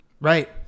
Right